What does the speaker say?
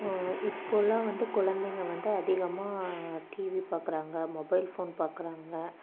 இப்போவெல்லாம் வந்து கொழந்தைங்க வந்து அதிகமாக டிவி பார்க்கறாங்க மொபைல் ஃபோன் பார்க்கறாங்க